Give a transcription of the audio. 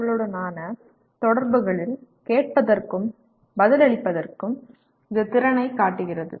மற்றவர்களுடனான தொடர்புகளில் கேட்பதற்கும் பதிலளிப்பதற்கும் இது திறனைக் காட்டுகிறது